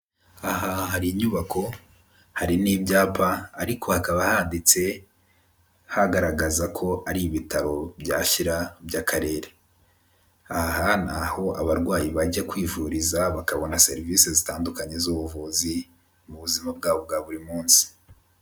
Aha hari inyubako, hari n'ibyapa ariko hakaba handitse hagaragaza ko ari ibitaro bya Shyira by'Akarere. Aha ni aho abarwayi bajya kwivuriza, bakabona serivisi zitandukanye z'ubuvuzi, mu buzima bwabo bwa buri munsi.